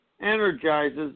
energizes